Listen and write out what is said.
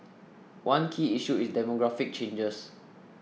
one key issue is demographic changes